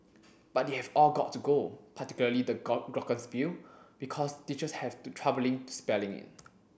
but they've all got to go particularly the glockenspiel because teachers have to troubling spelling it